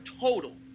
total